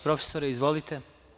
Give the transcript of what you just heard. Profesore, izvolite.